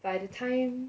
by the time